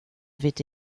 avait